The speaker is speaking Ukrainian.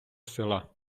села